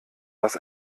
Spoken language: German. das